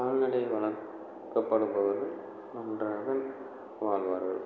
கால்நடை வளர்க்கப்படுபவர்கள் நன்றாக வாழ்வார்கள்